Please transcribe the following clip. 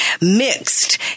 mixed